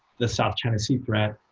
the south china sea threat,